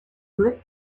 lit